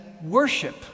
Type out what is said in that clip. worship